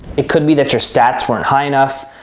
it could be that your stats weren't high enough,